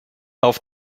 auf